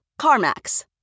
CarMax